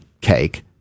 cake